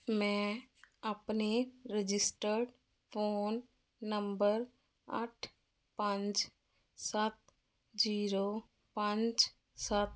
ਮੈਂ ਆਪਣੇ registered phone number ਅੱਠ ਪੰਜ ਸੱਤ ਜ਼ੀਰੋ ਪੰਜ ਸੱਤ